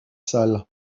salles